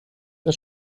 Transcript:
das